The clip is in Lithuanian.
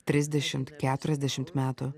trisdešimt keturiasdešimt metų